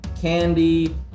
candy